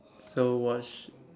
so what's